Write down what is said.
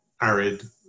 arid